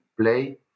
play